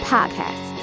Podcast